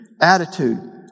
attitude